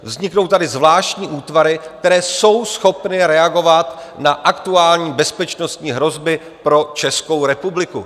Vzniknou tady zvláštní útvary, které jsou schopny reagovat na aktuální bezpečnostní hrozby pro Českou republiku.